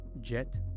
Jet